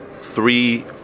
three